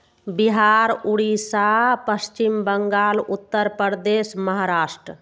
Bihar Orissa Paschim Bangal Uttar Pradesh Maharashtra